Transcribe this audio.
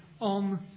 on